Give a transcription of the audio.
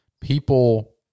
people